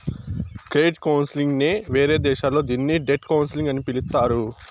credit counselling నే వేరే దేశాల్లో దీన్ని డెట్ కౌన్సిలింగ్ అని పిలుత్తారు